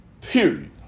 Period